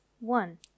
One